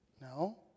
No